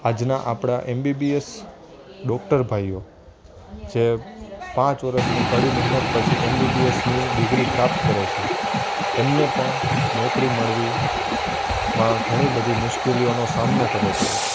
આજના આપણા MBBS doctor ભાઈઓ જે પાંચ વર્ષની કડી મહેનત પછી એમબીબીએસની ડિગ્રી પ્રાપ્ત કરે છે એમને પણ નોકરી મળવામાં ઘણીબધી મુશ્કેલીઓનો સામનો કરવો પડે છે